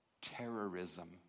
terrorism